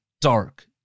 dark